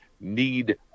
need